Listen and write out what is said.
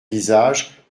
visage